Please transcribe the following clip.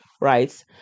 right